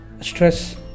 Stress